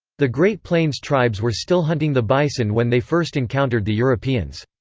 the great plains tribes were still hunting the bison when they first encountered the europeans.